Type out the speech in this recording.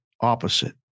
opposite